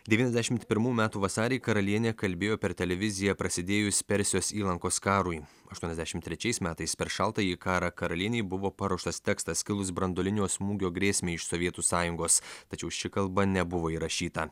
devyniasdešimt pirmų metų vasarį karalienė kalbėjo per televiziją prasidėjus persijos įlankos karui aštuoniasdešimt trečiais metais per šaltąjį karą karalienei buvo paruoštas tekstas kilus branduolinio smūgio grėsmei iš sovietų sąjungos tačiau ši kalba nebuvo įrašyta